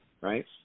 right